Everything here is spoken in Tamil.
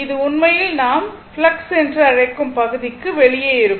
இது உண்மையில் நாம் ஃப்ளக்ஸ் என்று அழைக்கும் பகுதிக்கு வெளியே இருக்கும்